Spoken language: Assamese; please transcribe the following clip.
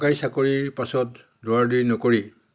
চৰকাৰী চাকৰিৰ পাছত দৌৰা দৌৰি নকৰি